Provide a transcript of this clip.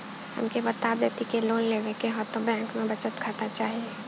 हमके बता देती की लोन लेवे के हव त बैंक में बचत खाता चाही?